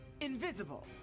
invisible